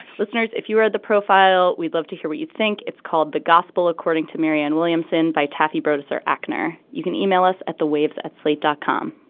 listeners if you are the profile we'd love to hear what you think it's called the gospel according to marianne williamson by taffy broadus or actor. you can email us at the waves at slate dot com.